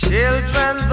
Children